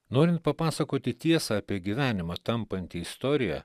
norint papasakoti tiesą apie gyvenimą tampantį istorija